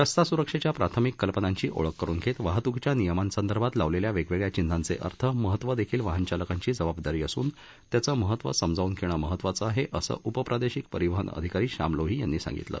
रस्ता सुरक्षेच्या प्राथमिक कल्पनांची ओळख करुन घेत वाहतुकीच्या नियमासंदर्भात लावलेल्या वेगवेगळ्या चिन्हांचे अर्थ महत्त्व देखील वाहनचालकांची जबाबदारी असून त्याचे महत्व समजावून घेणं महत्वाचे आहे असं उप प्रादेशिक परीवहन अधिकारी शाम लोही यांनी सांगितलं